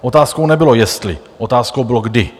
Otázkou nebylo jestli, otázkou bylo kdy.